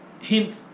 hint